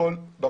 הערות.